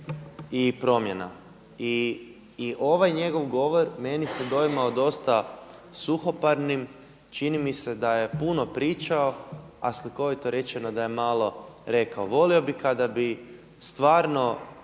i promjena. I ovaj njegov govor meni se doimao dosta suhoparnim, čini mi se da je puno pričao, a slikovito rečeno, da je malo rekao. Volio bih kada bi stvarno